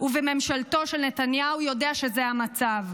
ובממשלתו של נתניהו, יודע שזה המצב,